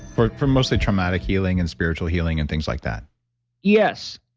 for for mostly traumatic healing and spiritual healing and things like that yes,